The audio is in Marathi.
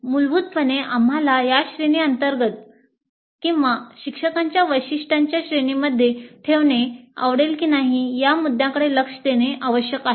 मूलभूतपणे आम्हाला या श्रेणी अंतर्गत किंवा शिक्षकांच्या वैशिष्ट्यांच्या श्रेणीमध्ये ठेवणे आवडेल की नाही या मुद्द्यांकडे लक्ष देणे आवश्यक आहे